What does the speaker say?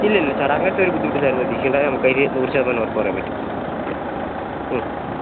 ഇല്ലില്ല സാർ അങ്ങനത്തെ ഒരു ബുദ്ധിമുട്ടും സാർ പ്രതീക്ഷിക്കേണ്ട നമുക്കതിൽ നൂറ് ശതമാനം ഉറപ്പ് പറയാൻ പറ്റും മ്